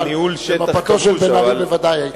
אבל במפתו של בן-ארי בוודאי היה.